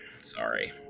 Sorry